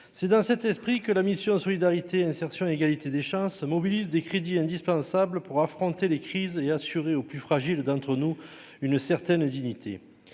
c'est dans cet esprit que la mission Solidarité, insertion et égalité des chances se mobilise des crédits indispensables pour affronter les crises et assurer aux plus fragiles d'entre nous une certaine dignité,